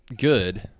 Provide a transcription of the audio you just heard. good